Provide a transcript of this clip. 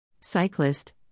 Cyclist